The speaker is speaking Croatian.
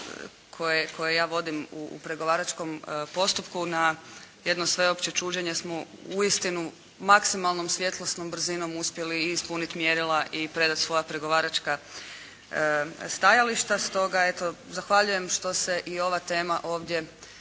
koje ja vodim u pregovaračkom postupku, na jedno sveopće čuđenje smo uistinu maksimalnom svjetlosnom brzinom uspjeli ispuniti mjerila i predati svoja pregovaračka stajališta. Stoga eto, zahvaljujem što se i ova tema ovdje